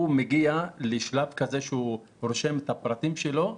הוא מגיע לשלב כזה שהוא רושם הפרטים שלו,